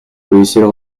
policiers